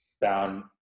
bound